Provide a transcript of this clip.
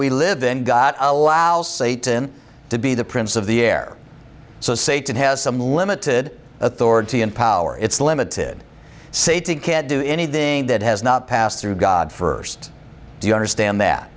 we live in god allows satan to be the prince of the air so satan has some limited authority and power it's limited satan can't do anything that has not passed through god first do you understand that